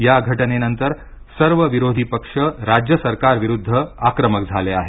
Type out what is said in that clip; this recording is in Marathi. या घटनेनंतर सर्व विरोधीपक्ष राज्य सरकारविरुद्ध आक्रमक झाले आहेत